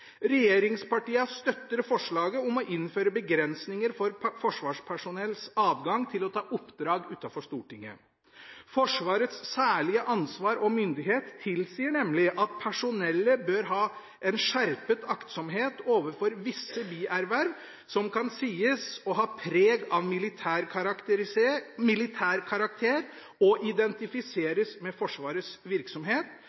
Regjeringspartiene støtter forslaget om å innføre begrensninger for forsvarspersonells adgang til å ta oppdrag utenfor Forsvaret. Forsvarets særlige ansvar og myndighet tilsier nemlig at personellet bør ha en skjerpet aktsomhet overfor visse bierverv som kan sies å ha preg av militær karakter og